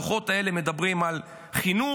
הדוחות האלה מדברים על חינוך.